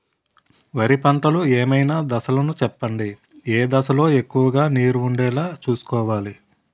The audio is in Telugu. వరిలో పంటలు ఏమైన దశ లను చెప్పండి? ఏ దశ లొ ఎక్కువుగా నీరు వుండేలా చుస్కోవలి?